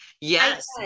Yes